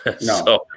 No